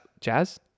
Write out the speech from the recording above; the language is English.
Jazz